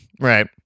Right